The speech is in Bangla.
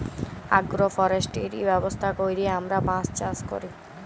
আগ্রো ফরেস্টিরি ব্যবস্থা ক্যইরে আমরা বাঁশ চাষ ক্যরি